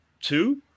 two